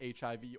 HIV